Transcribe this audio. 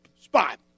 spot